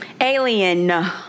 alien